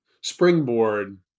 springboard